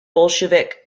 bolshevik